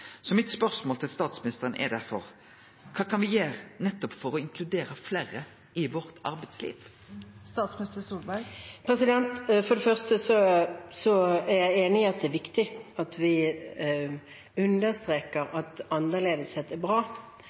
derfor: Kva kan me gjere for å inkludere fleire i vårt arbeidsliv? For det første er jeg enig i at det er viktig at vi understreker at annerledeshet er bra,